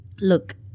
look